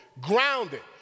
grounded